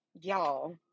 y'all